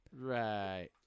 Right